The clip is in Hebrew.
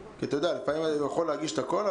לפעמים אני יכול להגיש את הכול,